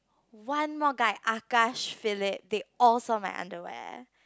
one more guy Akash Phillip they all saw my underwear